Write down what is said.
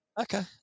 Okay